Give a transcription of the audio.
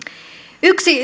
yksi